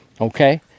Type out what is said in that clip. Okay